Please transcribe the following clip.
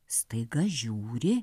staiga žiūri